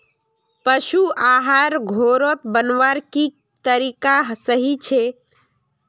पशु आहार घोरोत बनवार की तरीका सही छे?